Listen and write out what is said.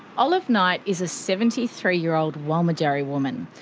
olive knight is a seventy three year old walmatjarri woman.